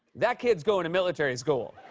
that kid's going to military school.